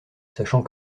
sachant